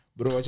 Bro